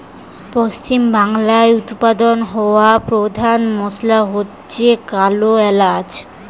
পশ্চিমবাংলায় উৎপাদন হওয়া পোধান মশলা হচ্ছে কালো এলাচ